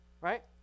right